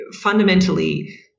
fundamentally –